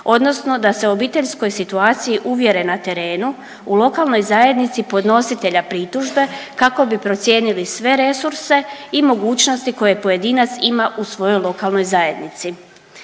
odnosno da se obiteljskoj situaciji uvjere na terenu, u lokalnoj zajednici podnositelja pritužbe kako bi procijenili sve resurse i mogućnosti koje pojedinac ima u svojoj lokalnoj zajednici.